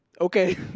okay